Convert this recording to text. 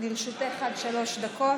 לרשותך עד שלוש דקות.